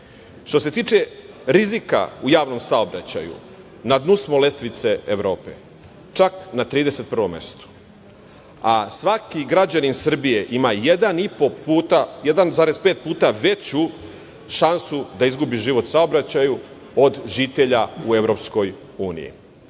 se tiče rizika u javnom saobraćaju, na dnu smo lestvice Evrope, čak na 31 mestu, a svaki građanin Srbije ima 1,5 puta veću šansu da izgubi život u saobraćaju od žitelja u EU.